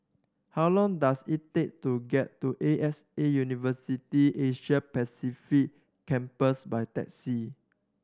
how long does it take to get to A X A University Asia Pacific Campus by taxi